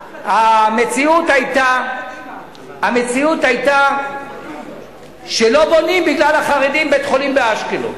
המציאות היתה שלא בונים בגלל החרדים בית-חולים באשקלון.